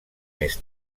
més